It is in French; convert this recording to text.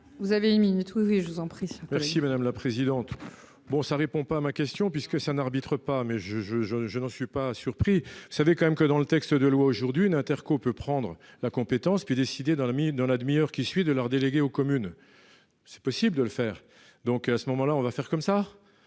vous avez émis. Oui je vous en prie. Merci madame la présidente. Bon ça répond pas à ma question, puisque c'est un arbitre pas mais je je je je n'en suis pas surpris savez quand même que dans le texte de loi aujourd'hui une interco peut prendre la compétence puis décidé dans la mine dans la demi-heure qui suit de leurs délégué aux communes. C'est possible de le faire. Donc à ce moment-là, on va faire comme ça,